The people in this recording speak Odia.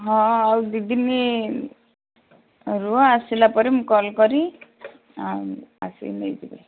ହଁ ଆଉ ଦୁଇ ଦିନ ରୁହ ଆସିଲା ପରେ ମୁଁ କଲ୍ କରି ଆଉ ଆସିକି ନେଇଯିବି